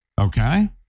Okay